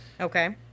Okay